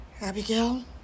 Abigail